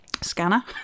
scanner